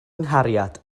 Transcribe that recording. nghariad